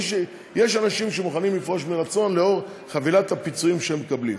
יש אנשים שמוכנים לפרוש מרצון לאור חבילת הפיצויים שהם מקבלים.